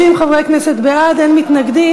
30 חברי כנסת בעד, אין מתנגדים.